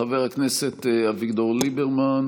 חבר הכנסת אביגדור ליברמן,